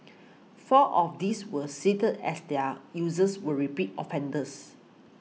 four of these were seized as their users were repeat offenders